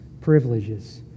privileges